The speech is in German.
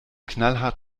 knallhart